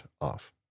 off